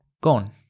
Gone